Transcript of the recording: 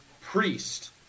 Priest